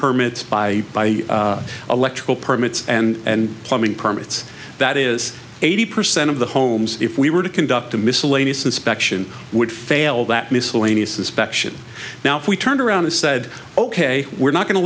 permits by electrical permits and plumbing permits that is eighty percent of the homes if we were to conduct a miscellaneous inspection would fail all that miscellaneous inspection now if we turned around and said ok we're not going to